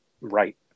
right